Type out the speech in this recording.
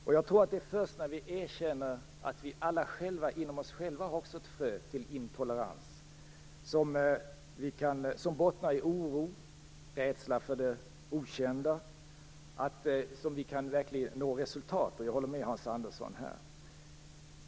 Det är först när vi erkänner att vi alla inom oss har ett frö till intolerans som bottnar i oro, rädsla för det okända, som vi verkligen kan nå resultat. Jag håller med Hans Andersson.